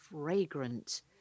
fragrant